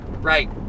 right